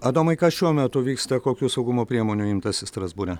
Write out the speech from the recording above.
adomai kas šiuo metu vyksta kokių saugumo priemonių imtasi strasbūre